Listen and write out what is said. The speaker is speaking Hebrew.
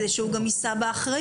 כדי שהוא גם יישא באחריות.